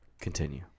continue